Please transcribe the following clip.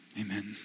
Amen